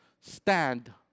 Stand